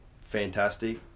fantastic